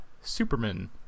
superman